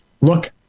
Look